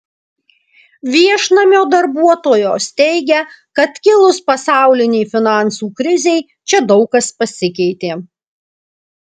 viešnamio darbuotojos teigia kad kilus pasaulinei finansų krizei čia daug kas pasikeitė